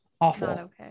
Awful